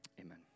Amen